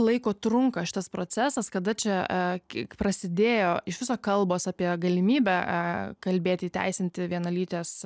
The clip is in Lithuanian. laiko trunka šitas procesas kada čia e prasidėjo iš viso kalbos apie galimybę kalbėti įteisinti vienalytes